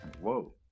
whoa